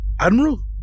Admiral